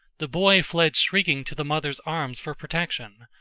the boy fled shrieking to the mother's arms for protection,